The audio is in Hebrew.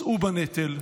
שאו בנטל,